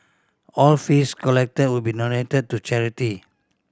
all fees collected will be donated to charity